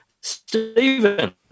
Stephen